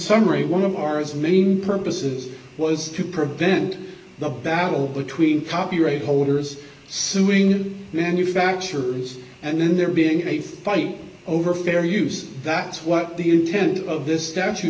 summary one of ours main purposes was to prevent the battle between copyright holders suing manufacturers and then there being a fight over fair use that's what the intent of this statu